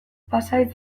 pasahitz